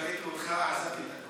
כשראיתי אותך עזבתי את הכול.